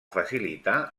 facilitar